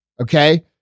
okay